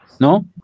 no